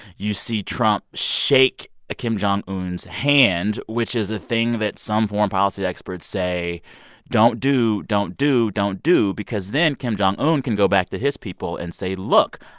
you see trump shake kim jong un's hand, which is a thing that some foreign policy experts say don't do, don't do, don't do because then kim jong un can go back to his people and say, look.